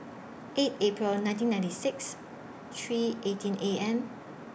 eight April nineteen ninety six three eighteen A M